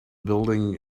building